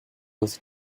with